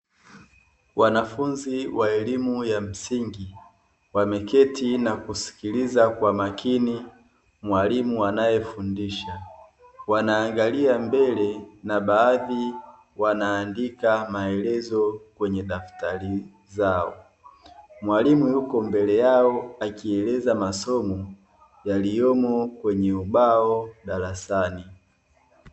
Wanafunzi wa elimu ya msingi wameketi na kusikiliza kwa makini mwalimu anayefundisha, wanaangalia mbele na baadhi wanaandika maelezo kwenye daftari zao, mwalimu yuko mbele yao akieleza masomo yaliyomo kwenye ubao darasani.